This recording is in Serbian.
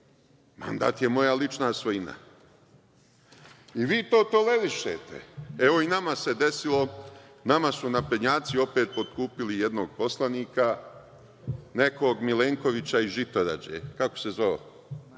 mandat je moja lična svojina. Vi to tolerišete. Evo, i nama se desilo. Nama su naprednjaci opet potkupili jednog poslanika, nekog Milenkovića iz Žitorađe, Marko